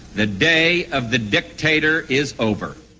the day of the dictator is over.